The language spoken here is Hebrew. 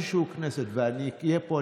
אם זה יגיע לאיזושהי כנסת ואני אהיה פה,